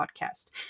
podcast